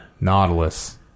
Nautilus